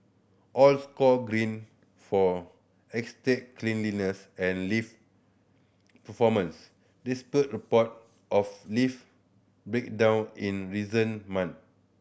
all scored Green for estate cleanliness and lift performance despite report of lift breakdown in reason month